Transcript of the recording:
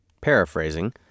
paraphrasing